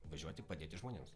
važiuoti padėti žmonėms